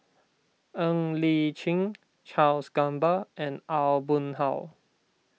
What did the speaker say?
Ng Li Chin Charles Gamba and Aw Boon Haw